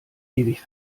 ewig